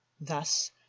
Thus